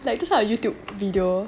like just now I Youtube video